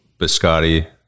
biscotti